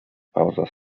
pauza